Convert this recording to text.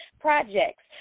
projects